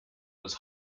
was